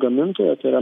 gamintoja tai yra